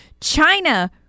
China